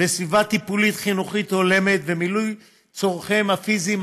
וסביבה טיפולית-חינוכית הולמת ומילוי צורכיהם הפיזיים,